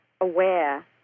aware